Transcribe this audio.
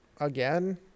again